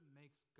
makes